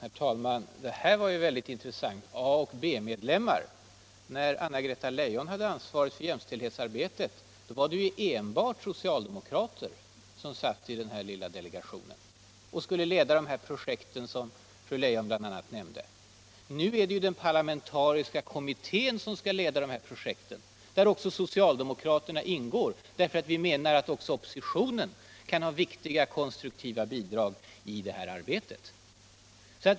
Herr talman! Det här var väldigt intressant — A-och B-medlemmar! När Anna-Greta Leijon hade ansvaret för jämställdhetsarbetet var det ju enbart socialdemokrater som satt i den här lilla delegationen och skulle leda de projekt som fru Leijon nämnde. Nu är det den parlamentariska kommittén som skall leda dessa projekt, och i den kommittén ingår också socialdemokrater, därför att vi menar att också oppositionen kan ha viktiga konstruktiva bidrag till det här arbetet.